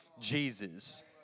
Jesus